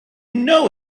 know